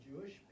Jewish